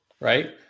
right